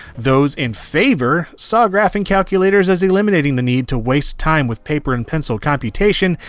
those in favor saw graphing calculators as eliminating the need to waste time with paper and pencil computation,